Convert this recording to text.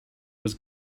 was